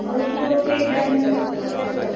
अयशीं okay done तर तितले कर